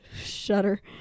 Shudder